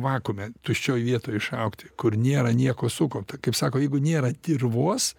vakuume tuščioj vietoj išaugti kur nėra nieko sukaupto kaip sako jeigu nėra dirvos